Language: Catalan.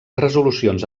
resolucions